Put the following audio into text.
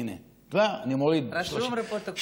הינה, כבר אני מוריד 30%. רשום בפרוטוקול.